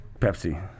Pepsi